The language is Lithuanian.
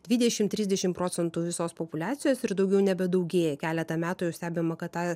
dvidešim trisdešim procentų visos populiacijos ir daugiau nebedaugėja keletą metų jau stebima kad ta